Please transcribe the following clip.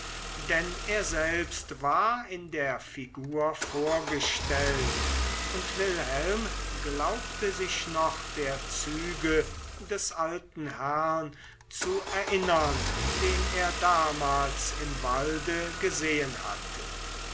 denn er selbst war in der figur vorgestellt und wilhelm glaubte sich noch der züge des alten herrn zu erinnern den er damals im walde gesehen hatte